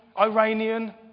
Iranian